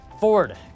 Ford